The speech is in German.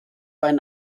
ein